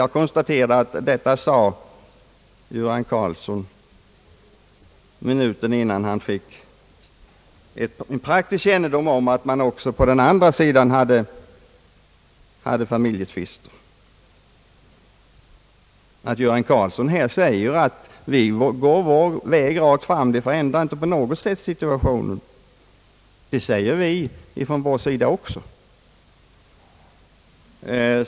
Jag konstaterar att herr Göran Karlsson sade detta minuten innan han fick praktisk kännedom om att man också på den andra sidan hade familjetvister. Att herr Göran Karlsson här säger att vi går vår väg rakt fram, det förändrar inte på något sätt situationen. Det säger vi från vår sida också.